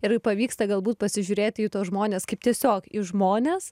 ir pavyksta galbūt pasižiūrėti į tuos žmones kaip tiesiog į žmones